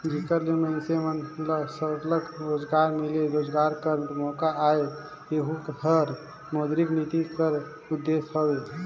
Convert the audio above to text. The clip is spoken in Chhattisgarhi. जेकर ले मइनसे मन ल सरलग रोजगार मिले, रोजगार कर मोका आए एहू हर मौद्रिक नीति कर उदेस हवे